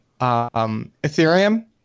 Ethereum